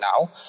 now